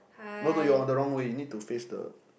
no no you're on the wrong way you need to face the